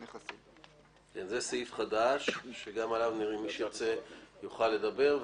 שותפות בנכסים." זה סעיף חדש שגם עליו מי שירצה יוכל לדבר.